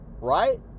right